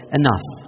enough